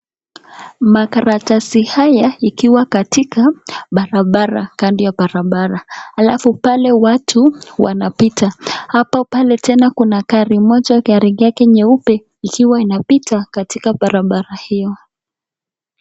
Makaratasi haya yakiwa katika kando ya barabara alafu pale watu wanapita, pale tena kuna gari moja nyeupe ikiwa inapita katika barabara hiyo.